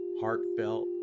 heartfelt